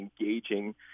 engaging